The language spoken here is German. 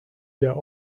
der